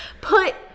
Put